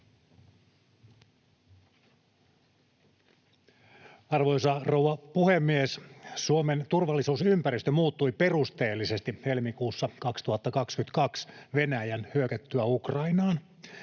Arvoisa rouva puhemies! Suomen turvallisuusympäristö muuttui perusteellisesti helmikuussa 2022 Venäjän hyökättyä Ukrainaan.